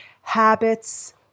habits